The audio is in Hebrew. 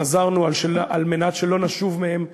חזרנו על מנת שלא לשוב מהם לעולם.